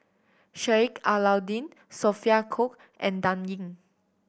Sheik Alau'ddin Sophia Cooke and Dan Ying